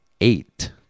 eight